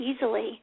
easily